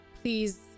please